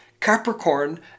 Capricorn